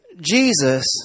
Jesus